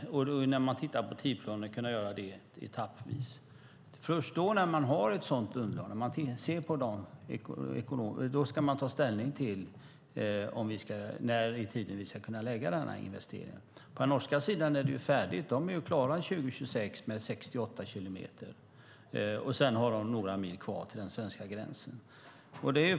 Tidsplanen ska läggas upp etappvis. Först när det finns ett sådant underlag kan man ta ställning när i tiden man kan göra dessa investeringar. På norska sidan är det färdigt. De blir klara till 2026 med 68 kilometer. Sedan har de några mil kvar till den svenska gränsen.